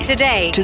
Today